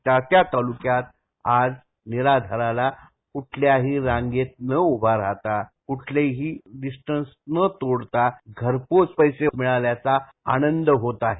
त्या त्या तालूक्यात आज निराधाराला कुठल्याही रांगेत उभ न राहाता कुठलेही डिस्टन्स न तोडता घरपोच पैसे मिळाल्याचा आनंद होत आहे